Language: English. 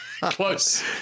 Close